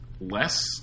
less